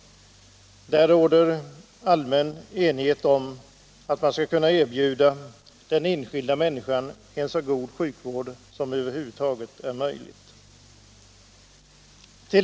Det råder allmän enighet om att man skall kunna erbjuda den enskilda människan en så god sjukvård som det över huvud taget är möjligt.